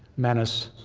manus,